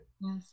Yes